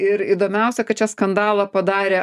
ir įdomiausia kad čia skandalą padarė